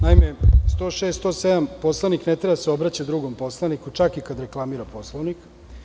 Naime, član 106. i 107. – poslanik ne treba da se obraća drugom poslaniku, čak i kada reklamira Poslovnik.